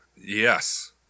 Yes